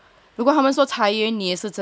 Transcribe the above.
如果他们说裁员你也是这样